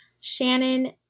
Shannon